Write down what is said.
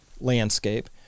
landscape